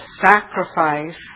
sacrifice